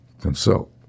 consult